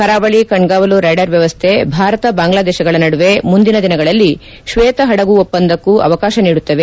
ಕರಾವಳಿ ಕಣ್ಗಾವಲು ರಡಾರ್ ವ್ಲವಸ್ನೆ ಭಾರತ ಬಾಂಗ್ಲಾದೇಶಗಳ ನಡುವೆ ಮುಂದಿನ ದಿನಗಳಲ್ಲಿ ಕ್ಷೇತ ಹಡಗು ಒಪ್ಪಂದಕ್ಕೂ ಅವಕಾಶ ನೀಡುತ್ತವೆ